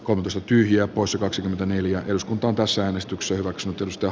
kone syttyi ja osa kaksikymmentäneljä eduskuntaan kansanäänestyksen hyväksytystä